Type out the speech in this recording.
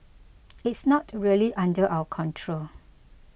it's not really under our control